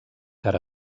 car